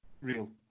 real